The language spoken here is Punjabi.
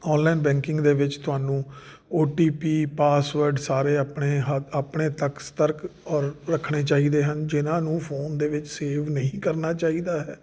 ਓਨਲਾਈਨ ਬੈਂਕਿੰਗ ਦੇ ਵਿੱਚ ਤੁਹਾਨੂੰ ਓ ਟੀ ਪੀ ਪਾਸਵਰਡ ਸਾਰੇ ਆਪਣੇ ਹ ਆਪਣੇ ਤੱਕ ਸਤਰਕ ਔਰ ਰੱਖਣੇ ਚਾਹੀਦੇ ਹਨ ਜਿਨ੍ਹਾਂ ਨੂੰ ਫੋਨ ਦੇ ਵਿੱਚ ਸੇਵ ਨਹੀਂ ਕਰਨਾ ਚਾਹੀਦਾ ਹੈ